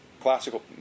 classical